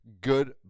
Good